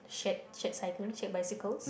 shared shared cycling shared bicycles